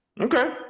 Okay